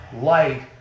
light